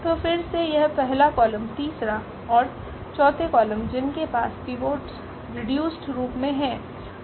तो फिर से यह पहला कॉलम तीसरा और चौथे कॉलम है जिनके पास पिवोट्स रीडयुस्ड रूप मे हैं